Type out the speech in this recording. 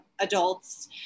adults